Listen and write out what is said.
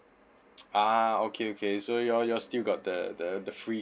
ah okay okay so you all you all still got the the the free